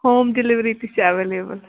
home delivery تہِ چھِ available